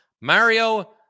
Mario